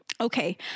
okay